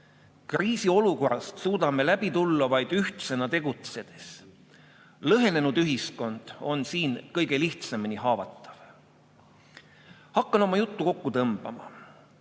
kriisiolukorrast suudame läbi tulla vaid ühtsena tegutsedes. Lõhenenud ühiskond on siin kõige lihtsamini haavatav. Hakkan oma juttu kokku tõmbama.